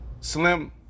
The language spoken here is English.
Slim